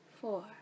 four